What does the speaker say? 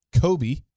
Kobe